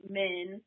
men